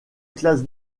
classe